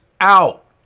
out